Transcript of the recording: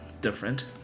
different